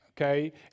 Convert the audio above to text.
okay